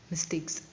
Mistakes